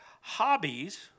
hobbies